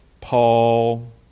Paul